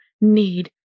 need